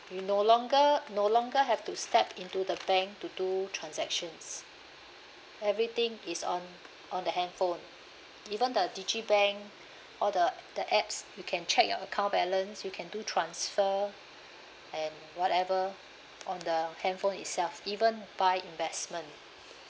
you no longer no longer have to step into the bank to do transactions everything is on on the handphone even the digibank or the the apps you can check your account balance you can do transfer and whatever on the handphone itself even buy investment